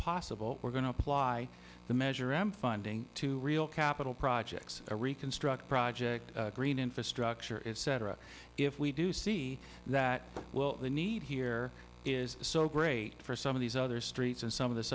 possible we're going to apply the measure am funding to real capital projects to reconstruct project green infrastructure is cetera if we do see that well the need here is so great for some of these other streets and some of this